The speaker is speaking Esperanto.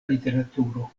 literaturo